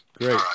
great